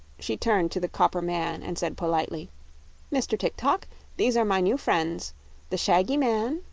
she turned to the copper man and said politely mr. tik-tok, these are my new friends the shaggy man,